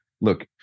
look